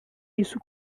isso